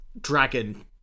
dragon